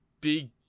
Big